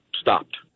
stopped